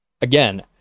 again